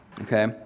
Okay